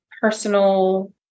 personal